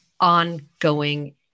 ongoing